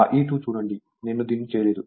ఆ E2 చూడండి నేను దీన్ని చేయలేదు